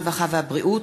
הרווחה והבריאות,